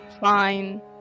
Fine